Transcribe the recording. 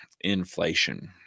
inflation